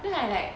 then I like